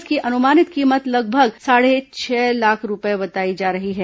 इसकी अनुमानित कीमत लगभग साढ़े छह लाख रूपए बताई जा रही है